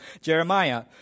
Jeremiah